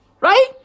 Right